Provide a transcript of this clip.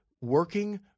working